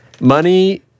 Money